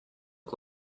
she